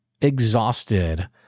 exhausted